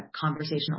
conversational